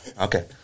Okay